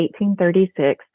1836